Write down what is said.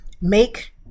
Make